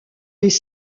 des